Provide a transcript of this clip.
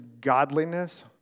godliness